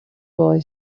boy